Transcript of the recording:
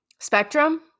Spectrum